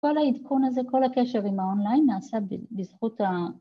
‫כל העדכון הזה, כל הקשר ‫עם האונליין נעשה בזכות ה...